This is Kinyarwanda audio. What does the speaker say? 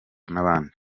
n’abandi